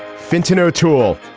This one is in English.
fintan o'toole.